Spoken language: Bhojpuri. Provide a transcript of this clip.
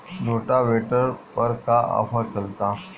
रोटावेटर पर का आफर चलता?